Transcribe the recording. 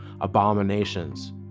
abominations